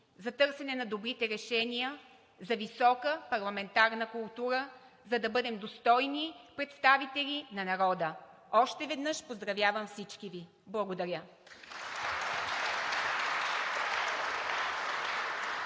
за търсене на добрите решения, за висока парламентарна култура, за да бъдем достойни представители на народа. Още веднъж поздравявам всички Ви! Благодаря!